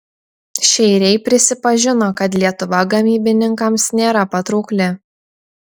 šeiriai prisipažino kad lietuva gamybininkams nėra patraukli